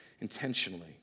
intentionally